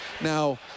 Now